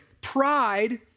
Pride